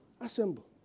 assemble